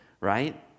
right